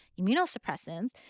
immunosuppressants